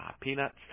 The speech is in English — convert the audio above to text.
peanuts